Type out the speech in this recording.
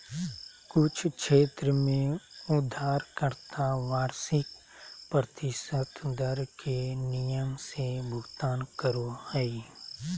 कुछ क्षेत्र में उधारकर्ता वार्षिक प्रतिशत दर के नियम से भुगतान करो हय